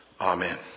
Amen